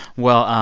well,